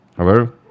Hello